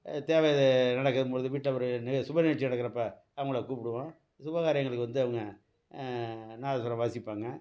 தேவை இது நடக்கும்பொழுது வீட்டில் ஒரு நிக சுப நிகழ்ச்சி நடக்கிறப்ப அவங்கள கூப்பிடுவோம் சுப காரியங்களுக்கு வந்து அவங்க நாதஸ்வரம் வாசிப்பாங்க